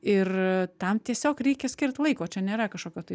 ir tam tiesiog reikia skirt laiko čia nėra kažkokio tai